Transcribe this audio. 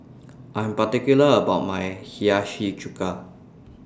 I Am particular about My Hiyashi Chuka